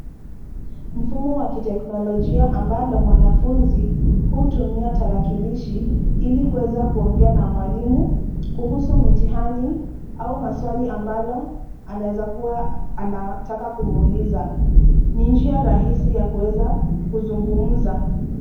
Mfumo wa kiteknolojia ambalo mwanafunzi hutumia tarakilishi ili kuweza kuongea na mwalimu kuhusu mitihani au maswali ambalo anawezakua anataka kumwuliza. Ni njia rahisi ya kuweza kuzungumza.